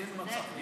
אין מצב.